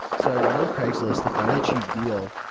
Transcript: so i went on craigslist to find a cheap deal.